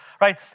right